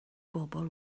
bobl